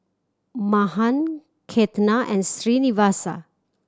Mahan Ketna and Srinivasa